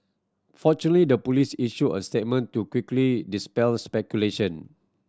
fortunately the police issued a statement to quickly dispel speculation